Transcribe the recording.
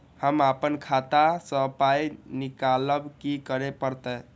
हम आपन खाता स पाय निकालब की करे परतै?